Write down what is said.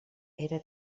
era